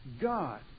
God